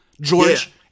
George